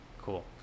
cool